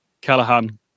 Callahan